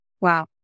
Wow